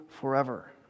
forever